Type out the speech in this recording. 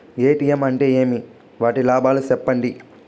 ATM అంటే ఏమి? వాటి లాభాలు సెప్పండి?